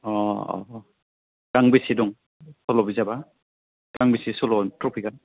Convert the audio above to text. अ अ अ गांबैसे दं सल' बिजाबा गांबेसे सल' टपिकआ